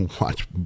watch